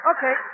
Okay